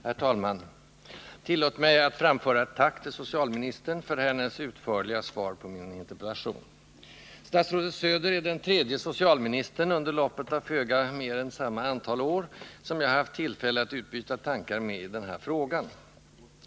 Herr talman! Tillåt mig framföra ett tack till socialministern för hennes utförliga svar på min interpellation. Statsrådet Söder är den tredje socialministern under loppet av föga mer än samma antal år som jag har haft tillfälle att utbyta tankar med i den här frågan.